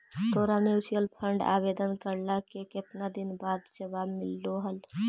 तोरा mutual fund आवेदन करला के केतना दिन बाद जवाब मिललो हल?